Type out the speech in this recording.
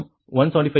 6 degree 1